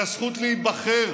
היא הזכות להיבחר,